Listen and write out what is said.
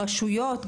רשויות,